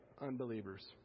Unbelievers